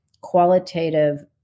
qualitative